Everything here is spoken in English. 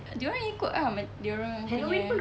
dia orang ikut ah dia orang punya punya